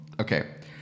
Okay